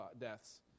deaths